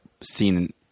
seen